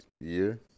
year